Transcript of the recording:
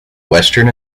western